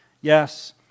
Yes